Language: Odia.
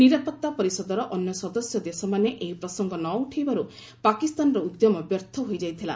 ନିରାପତ୍ତା ପରିଷଦର ଅନ୍ୟ ସଦସ୍ୟ ଦେଶମାନେ ଏହି ପ୍ରସଙ୍ଗ ନ ଉଠାଇବାରୁ ପାକିସ୍ତାନର ଉଦ୍ୟମ ବ୍ୟର୍ଥ ହୋଇଯାଇଥିଲା